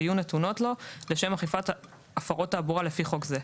ויהיו נתונות לו לשם אכיפת הפרות תעבורה לפי חוק זה,